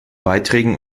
beiträgen